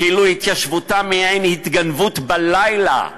כאילו התיישבותם היא מעין התגנבות בלילה,